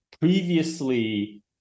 Previously